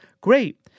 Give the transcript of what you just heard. great